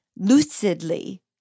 lucidly